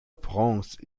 prince